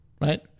right